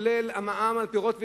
לרבות המע"מ על פירות וירקות,